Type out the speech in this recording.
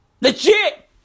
Legit